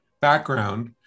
background